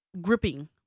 gripping